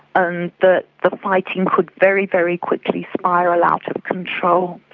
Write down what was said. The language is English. um the the fighting could very, very quickly spiral out of control,